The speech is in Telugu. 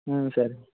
సరే